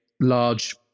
large